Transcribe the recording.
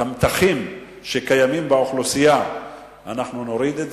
את המתחים שקיימים באוכלוסייה אנחנו נוריד.